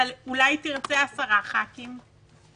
אבל אולי היא תרצה עשרה חברי כנסת,